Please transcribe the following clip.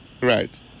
right